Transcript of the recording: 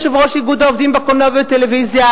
יושב-ראש איגוד העובדים בקולנוע וטלוויזיה?